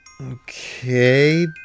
Okay